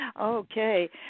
Okay